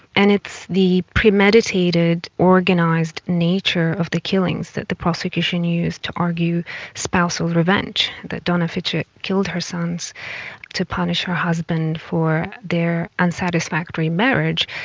and it's the premeditated, organised nature of the killings that the prosecution used to argue spousal revenge, that donna fitchett killed her sons to punish her husband for their unsatisfactory marriage,